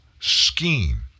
scheme